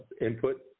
input